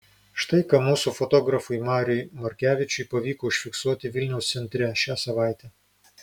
štai ką mūsų fotografui mariui morkevičiui pavyko užfiksuoti vilniaus centre šią savaitę